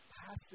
passive